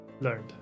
learned